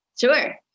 sure